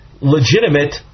legitimate